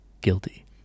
Guilty